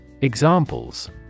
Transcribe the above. Examples